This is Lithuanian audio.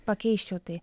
pakeisčiau tai